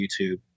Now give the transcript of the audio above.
YouTube